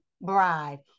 bride